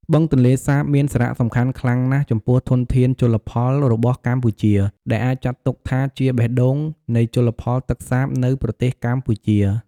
បឹងទន្លេសាបមានសារៈសំខាន់ខ្លាំងណាស់ចំពោះធនធានជលផលរបស់កម្ពុជា ដែលអាចចាត់ទុកថាជា "បេះដូង" នៃជលផលទឹកសាបនៅប្រទេសកម្ពុជា។